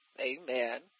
Amen